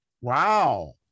Wow